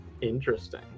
interesting